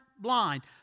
blind